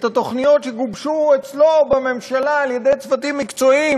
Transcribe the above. התוכניות שגובשו אצלו בממשלה על-ידי צוותים מקצועיים,